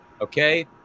Okay